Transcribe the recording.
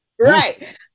Right